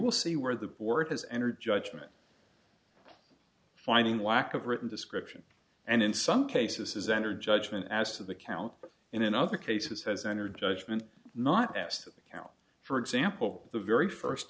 will see where the board has entered judgment finding lack of written description and in some cases is entered judgment as to the count but in another case it says enter judgment not asked account for example the very first